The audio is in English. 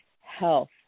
health